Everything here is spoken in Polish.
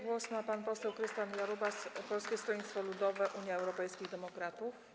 Głos ma pan poseł Krystian Jarubas, Polskie Stronnictwo Ludowe - Unia Europejskich Demokratów.